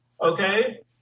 okay